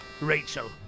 Rachel